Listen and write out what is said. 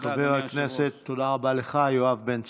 חבר הכנסת יואב בן צור.